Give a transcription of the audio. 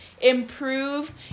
improve